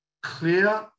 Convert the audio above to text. clear